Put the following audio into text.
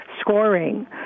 scoring